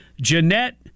Jeanette